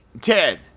Ted